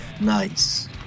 Nice